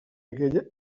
aquella